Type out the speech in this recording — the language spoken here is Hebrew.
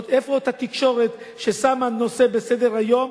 איפה אותה תקשורת ששמה נושא בסדר-היום,